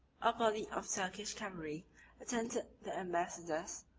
a body of turkish cavalry attended the ambassadors,